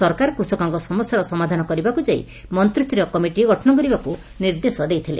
ସରକାର କୃଷକଙ୍କ ସମସ୍ୟାର ସମାଧାନ କରିବାକୃ ଯାଇ ମନ୍ତୀସ୍ତରୀୟ କମିଟି ଗଠନ କରିବାକୁ ନିର୍ଦ୍ଦେଶ ଦେଇଥିଲେ